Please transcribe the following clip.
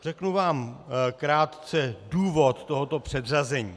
Řeknu vám krátce důvod tohoto předřazení.